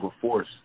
force